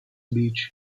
beach